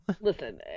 Listen